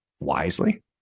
wisely